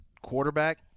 quarterback